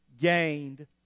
gained